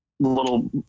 little